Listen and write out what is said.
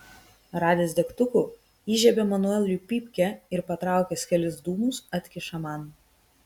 radęs degtukų įžiebia manueliui pypkę ir patraukęs kelis dūmus atkiša man